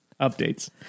Updates